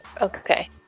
okay